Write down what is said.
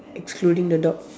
excluding the dog